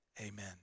amen